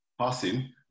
Passing